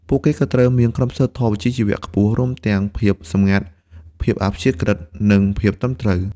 ពួកគេក៏ត្រូវមានក្រមសីលធម៌វិជ្ជាជីវៈខ្ពស់ រួមទាំងភាពសម្ងាត់ ភាពអព្យាក្រឹត និងភាពត្រឹមត្រូវ។